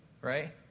right